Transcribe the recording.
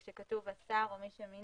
כאשר כתוב "השר או מי שמינה",